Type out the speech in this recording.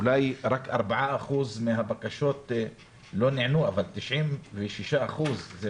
אולי רק ארבעה אחוזים מהבקשות לא נענו אבל 96 אחוזים נענו.